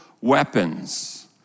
weapons